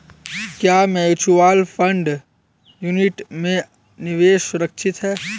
क्या mutual fund unit में निवेश सुरक्षित है?